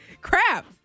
Crap